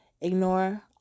ignore